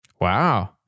Wow